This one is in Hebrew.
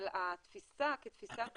אבל התפיסה כתפיסת